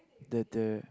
the the